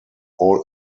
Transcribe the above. all